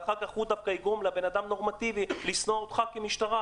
ואחר כך הוא דווקא יגרום לבן אדם נורמטיבי לשנוא אותך כמשטרה,